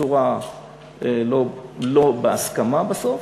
שלא בהסכמה בסוף.